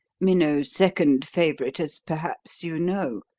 minnow's second favourite, as perhaps you know.